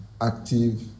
active